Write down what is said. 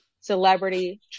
celebrity